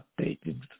updated